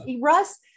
russ